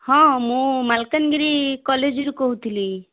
ହଁ ମୁଁ ମାଲକାନଗିରି କଲେଜରୁ କହୁଥିଲି